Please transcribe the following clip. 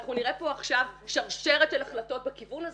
ואנחנו נראה פה עכשיו שרשרת של החלטות בכיוון הזה.